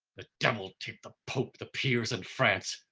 the devil take the pope, the peers, and france!